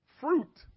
fruit